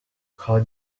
how